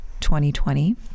2020